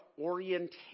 orientation